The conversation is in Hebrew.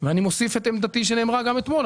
ואני מוסיף את עמדתי שנאמרה גם אתמול,